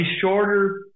shorter